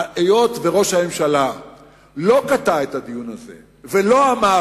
היות שראש הממשלה לא קטע את הדיון הזה ולא אמר,